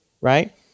Right